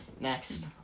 Next